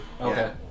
Okay